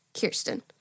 Kirsten